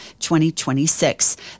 2026